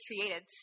created